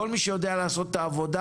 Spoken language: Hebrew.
כל מי שיודע לעשות את העבודה